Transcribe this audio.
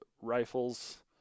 rifles